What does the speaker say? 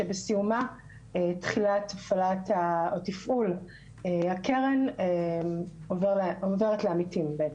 שבסיומה תחילת הפעלת הקרן עוברת לעמיתים בעצם.